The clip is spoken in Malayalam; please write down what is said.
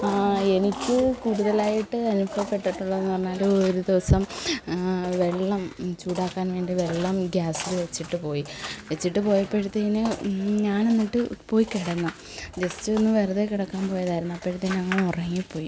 എനിക്ക് കൂടുതലായിട്ട് അനുഭവപ്പെട്ടിട്ടുള്ളതെന്ന് പറഞ്ഞാൽ ഒരു ദിവസം വെള്ളം ചൂടാക്കാൻ വേണ്ടി വെള്ളം ഗ്യാസിൽ വച്ചിട്ട് പോയി വച്ചിട്ട് പോയപ്പഴത്തേന് ഞാൻ എന്നിട്ട് പോയി കിടന്നു ജസ്റ്റ് ഒന്ന് വെറുതെ കിടക്കാൻ പോയതായിരുന്നു അപ്പോഴത്തേന് അങ്ങ് ഉറങ്ങിപ്പോയി